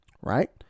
right